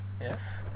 yes